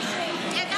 האם גם